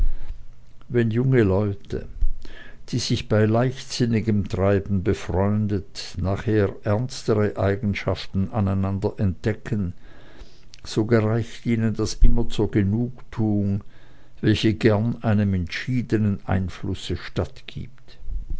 wenn junge leute die sich bei leichtsinnigem treiben befreundet nachher ernstere eigenschaften aneinander entdecken so gereicht ihnen das immer zur genugtuung welche gern einem entschiedenen einflusse stattgibt